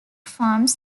farms